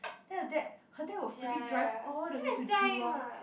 then her dad her dad will freaking drive all the way to Jurong